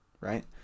right